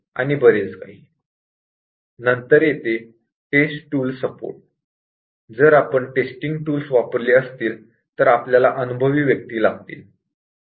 नंतर येते test tools support जर आपण टेस्टिंग टूल्स वापरली असतील तर आपल्याला अनुभवी व्यक्ती लागतील